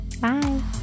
Bye